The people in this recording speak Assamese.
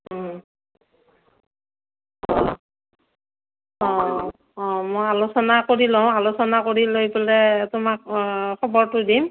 অ' মই আলোচনা কৰি লওঁ আলোচনা কৰি লৈ পেলাই তোমাক খবৰটো দিম